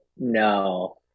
No